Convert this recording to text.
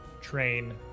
train